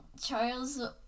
Charles